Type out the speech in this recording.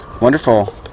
Wonderful